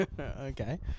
Okay